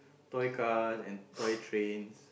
toy cars and toy trains